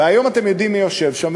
והיום אתם יודעים מי יושב שם,